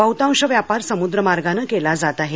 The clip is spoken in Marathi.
बहुतांश व्यापार समुद्र मार्गाने केला जात आहे